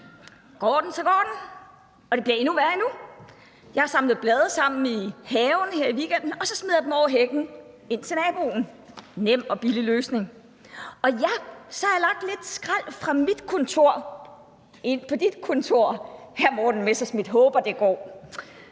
Går den, så går den. Og det bliver endnu værre endnu. Jeg samlede blade sammen i haven her i weekenden, og så smed jeg dem over hækken ind til naboen. Nem og billig løsning. Og ja, så har jeg lagt lidt skrald fra mit kontor ind på dit kontor, hr. Morten Messerschmidt. Jeg håber, det går.